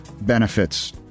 benefits